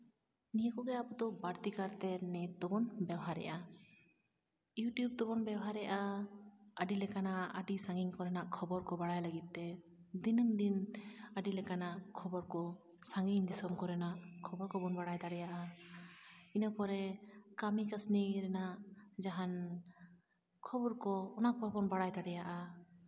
ᱱᱤᱭᱟᱹ ᱠᱚᱜᱮ ᱟᱵᱚ ᱫᱚ ᱵᱟᱹᱲᱛᱤ ᱠᱟᱨᱛᱮ ᱱᱮᱴ ᱫᱚᱵᱚᱱ ᱵᱮᱣᱦᱟᱨᱮᱫᱼᱟ ᱤᱭᱩᱴᱩᱵᱽ ᱫᱚᱵᱚᱱ ᱵᱮᱣᱦᱟᱨᱮᱫᱼᱟ ᱟᱹᱰᱤ ᱞᱮᱠᱟᱱᱟᱜ ᱟᱹᱰᱤ ᱥᱟᱺᱜᱤᱧ ᱠᱚᱨᱮᱱᱟᱜ ᱠᱷᱚᱵᱚᱨ ᱠᱚ ᱵᱟᱲᱟᱭ ᱞᱟᱹᱜᱤᱫ ᱛᱮ ᱫᱤᱱᱟᱹᱢ ᱫᱤᱱ ᱟᱹᱰᱤ ᱞᱮᱠᱟᱱᱟᱜ ᱠᱷᱚᱵᱚᱨ ᱠᱚ ᱥᱟᱺᱜᱤᱧ ᱫᱤᱥᱚᱢ ᱠᱚᱨᱮᱱᱟᱜ ᱠᱷᱚᱵᱚᱨ ᱠᱚᱵᱚᱱ ᱵᱟᱲᱟᱭ ᱫᱟᱲᱮᱭᱟᱜᱼᱟ ᱤᱱᱟᱹ ᱯᱚᱨᱮ ᱠᱟᱹᱢᱤ ᱠᱟᱹᱥᱱᱤ ᱨᱮᱱᱟᱜ ᱡᱟᱦᱟᱱ ᱠᱷᱚᱵᱚᱨ ᱠᱚ ᱚᱱᱟ ᱠᱚᱦᱚᱸ ᱵᱚᱱ ᱵᱟᱲᱟᱭ ᱫᱟᱲᱮᱭᱟᱜᱼᱟ